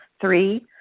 Three